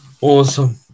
Awesome